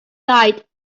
light